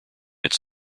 its